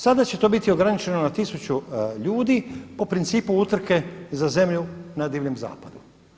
Sada će to biti ograničeno na 1000 ljudi po principu utrke za zemlju na Divljem zapadu.